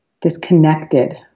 disconnected